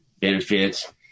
benefits